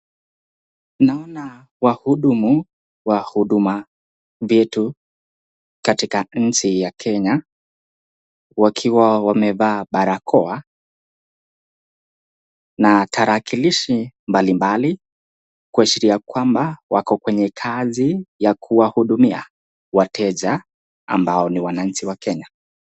Naona wahudumu wa huduma vyetu katika nchi ya Kenya wakiwa wamevaa barakoa na tarakilishi mbalimbali kuashiria kwamba wako kwenye kazi ya kuwahudumia wateja ambao ni wananchi wa Kenya.